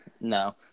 No